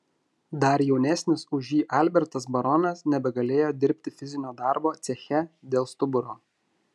dar jaunesnis už jį albertas baronas nebegalėjo dirbti fizinio darbo ceche dėl stuburo